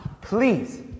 please